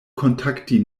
kontakti